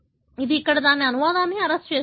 ఇది అక్కడ దాని అనువాదాన్ని అరెస్టు చేస్తుంది